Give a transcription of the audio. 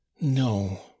no